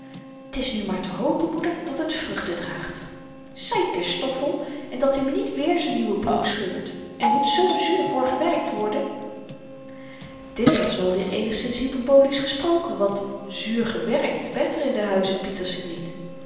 t is nu maar te hopen moeder dat het vruchten draagt zeker stoffel en dat-i me niet weer z'n nieuwe broek scheurt er moet zoo zuur voor gewerkt worden dit was wel weer eenigszins hyperbolisch gesproken want zuur gewerkt werd er in den huize pieterse niet